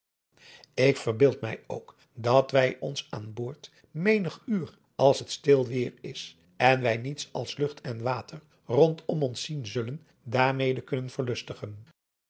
ik verbeeld mij ook dat wij ons aan boord menig uur als het stil weêr is en wij niets als lucht en water rondom ons zien zullen daarmede kunnen verlustigen